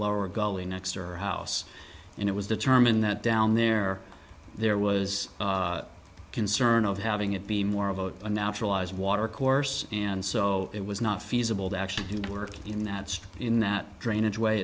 next to her house and it was determined that down there there was a concern of having it be more of a a naturalized watercourse and so it was not feasible to actually do work in that in that drainage way